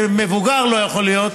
שמבוגר לא יכול להיות,